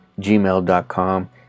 gmail.com